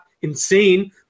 insane